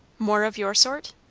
more of your sort?